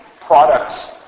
products